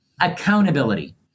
accountability